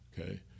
Okay